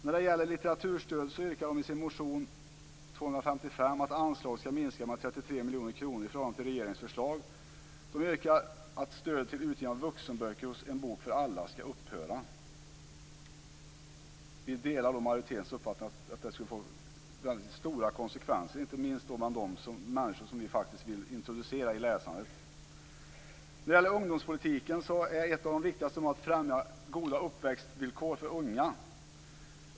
När det gäller litteraturstöd yrkar de i sin motion Kr255 att anslaget skall minska med 33 miljoner kronor i förhållande till regeringens förslag. De yrkar att stödet till utgivning av vuxenböcker hos En bok för alla skall upphöra. Vi delar majoritetens uppfattning att detta skulle få väldigt stora konsekvenser, inte minst bland de människor som vi vill introducera i läsandet. När det gäller ungdomspolitiken är ett av de viktigaste målen att främja goda uppväxtvillkor för unga.